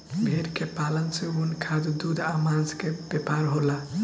भेड़ के पालन से ऊन, खाद, दूध आ मांस के व्यापार होला